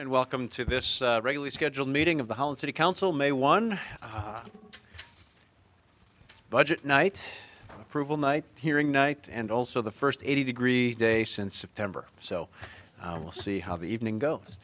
and welcome to this regularly scheduled meeting of the whole city council may one budget night approval night hearing night and also the first eighty degree day since september so we'll see how the evening goes